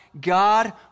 God